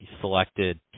selected